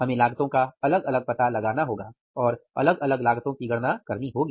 हमें लागतो का अलग अलग पता लगाना होगा और अलग अलग लागतो की गणना करनी होगी